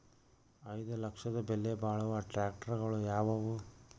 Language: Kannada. ಐದು ಲಕ್ಷದ ಬೆಲೆ ಬಾಳುವ ಟ್ರ್ಯಾಕ್ಟರಗಳು ಯಾವವು?